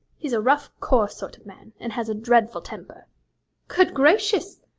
he's a rough, coarse sort of man, and has a dreadful temper good gracious!